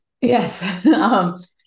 Yes